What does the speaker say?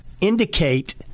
indicate